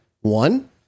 One